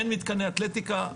אין מתקני אתלטיקה,